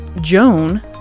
joan